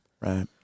Right